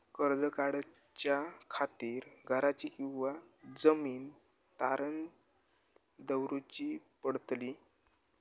कर्ज काढच्या खातीर घराची किंवा जमीन तारण दवरूची पडतली?